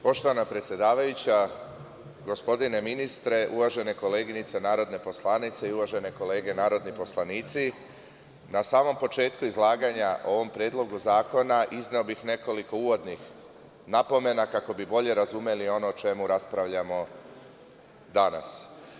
Poštovana predsedavajuća, gospodine ministre, uvažene koleginice narodne poslanice i uvažene kolege narodni poslanici, na samom početku izlaganja o ovom predlogu zakona izneo bih nekoliko uvodnih napomena, kako bi bolje razumeli ono o čemu raspravljamo danas.